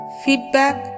feedback